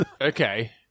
Okay